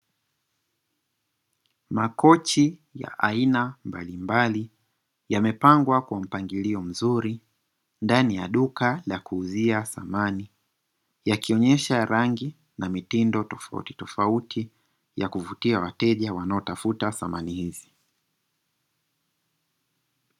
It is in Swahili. Makochi ya aina mbalimbali yamepangwa kwa mpangilio mzuri ndani ya duka la kuuzia samani, yakionyesha rangi na mitindo tofautitofauti ya kuvutia wateja wanaotafuta samani hizi.